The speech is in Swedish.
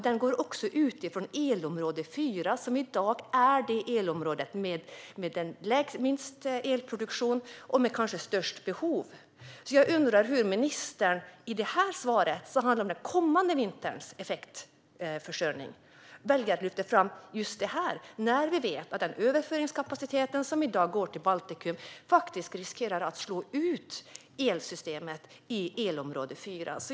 Den går ut från elområde 4, som i dag är det elområde som har minst elproduktion och kanske störst behov. Jag undrar varför ministern i svaret, som handlar om den kommande vinterns effektförsörjning, väljer att lyfta fram just detta när vi vet att den överföringskapacitet som i dag går till Baltikum faktiskt riskerar att slå ut elsystemet i elområde 4.